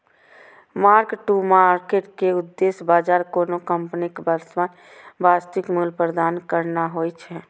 mark to market के उद्देश्य बाजार कोनो कंपनीक वर्तमान वास्तविक मूल्य प्रदान करना होइ छै